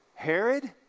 Herod